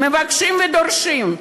מבקשים ודורשים,